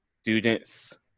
students